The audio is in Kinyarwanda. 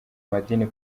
madini